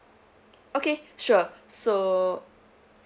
okay sure so